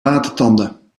watertanden